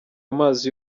amazi